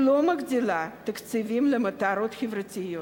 היא לא מגדילה תקציבים למטרות חברתיות,